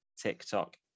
tiktok